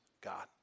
God